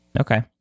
Okay